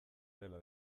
dela